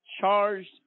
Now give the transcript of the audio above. charged